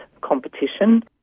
competition